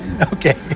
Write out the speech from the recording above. okay